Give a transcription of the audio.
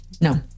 No